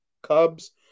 cubs